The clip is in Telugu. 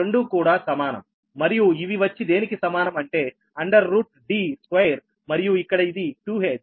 ఇవి రెండూ కూడా సమానం మరియు ఇవి వచ్చి దేనికి సమానం అంటే అండర్ రూట్ d స్క్వేర్ మరియు ఇక్కడ ఇది 2h